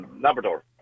Labrador